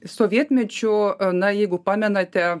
sovietmečiu na jeigu pamenate